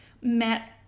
met